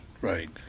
right